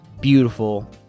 beautiful